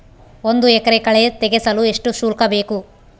ಒಂದು ಎಕರೆ ಕಳೆ ತೆಗೆಸಲು ಎಷ್ಟು ಶುಲ್ಕ ಬೇಕು?